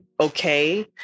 okay